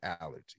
allergy